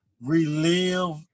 relive